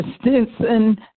Stinson